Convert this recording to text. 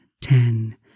ten